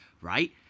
right